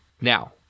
Now